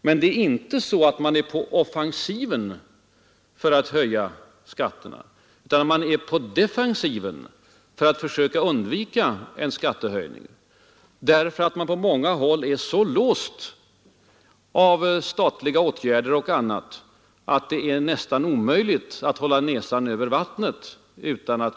Men det är inte så att man är på offensiven, utan på defensiven för att försöka undvika en skattehöjning, men man är på många håll så låst av statliga åtgärder att det är nästan omöjligt att hålla näsan över vattnet.